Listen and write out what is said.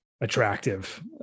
attractive